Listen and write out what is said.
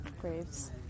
graves